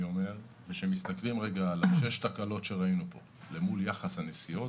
כשמסתכלים על 6 התקלות שראינו מול יחס הנסיעות,